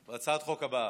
בהצעת החוק הבאה.